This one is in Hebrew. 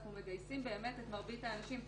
אנחנו מגייסים את מרבית האנשים.